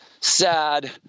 sad